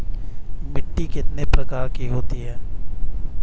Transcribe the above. मिट्टी कितने प्रकार की होती हैं?